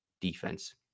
defense